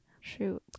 Shoot